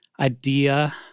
idea